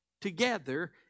together